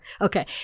okay